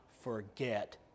forget